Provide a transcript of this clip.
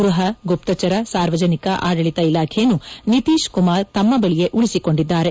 ಗ್ಬಹ ಗುಪ್ತಚರ ಸಾರ್ವಜನಿಕ ಆಡಳಿತ ಇಲಾಖೆಯನ್ನು ನಿತೀಶ್ ಕುಮಾರ್ ಅವರು ತಮ್ನ ಬಳಿಯೇ ಉಳಿಸಿಕೊಂಡಿದ್ದಾರೆ